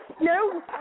No